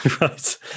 right